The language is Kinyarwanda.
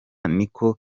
niko